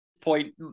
point